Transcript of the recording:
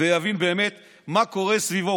ויבין באמת מה קורה סביבו.